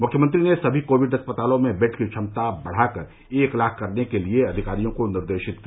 मुख्यमंत्री ने सभी कोविड अस्पतालों में बेड की क्षमता बढ़ा कर एक लाख करने के लिये अधिकारियों को निर्देशित किया